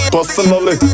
Personally